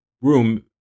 room